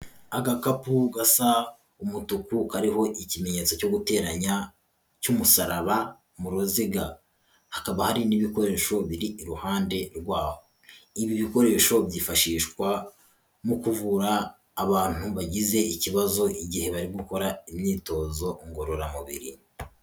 Agakapu gasa umutuku kariho ikimenyetso cyo guteranya cy'umusaraba mu ruziga, hakaba hari n'ibikoresho biri iruhande rwaho, ibi bikoresho byifashishwa mu kuvura abantu bagize ikibazo igihe bari gukora imyitozo ngororamubiri.